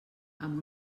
amb